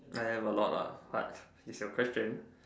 I have a lot lah but it's your question